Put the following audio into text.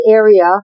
area